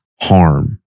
harm